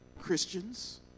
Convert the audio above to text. Christians